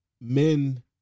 men